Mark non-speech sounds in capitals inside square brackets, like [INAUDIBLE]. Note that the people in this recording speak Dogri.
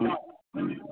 [UNINTELLIGIBLE]